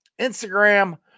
Instagram